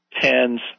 tens